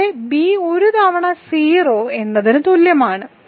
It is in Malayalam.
കൂടാതെ ബി ഒരു തവണ 0 എന്നതിന് തുല്യമാണ്